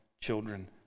children